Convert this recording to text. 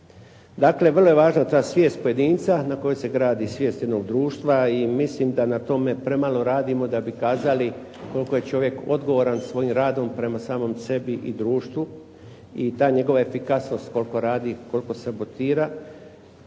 Dakle, vrlo je važna ta svijest pojedinca na kojoj se gradi svijest jednog društva i mislim da na tome premalo radimo da bi kazali koliko je čovjek odgovoran svojim radom prema samom sebi i društvu i ta njegova efikasnost koliko radi, koliko sabotira.